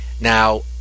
now